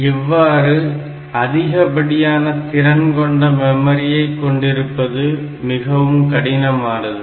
இவ்வாறு அதிகப்படியான திறன் கொண்ட மெமரியை கொண்டிருப்பது மிகவும் கடினமானது